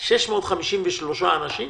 653 אנשים